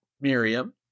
Miriam